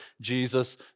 Jesus